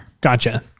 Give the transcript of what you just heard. Gotcha